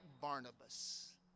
Barnabas